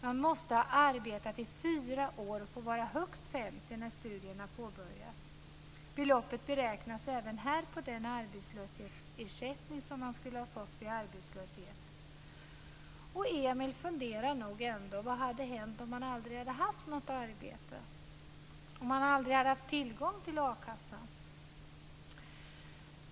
Man måste ha arbetat i fyra år och får vara högst 50 när studierna påbörjas. Beloppet beräknas även här på den arbetslöshetsersättning som man skulle ha fått vid arbetslöshet. Emil funderar nog ändå på vad som hade hänt om han aldrig hade haft något arbete och tillgång till a-kassan.